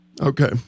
Okay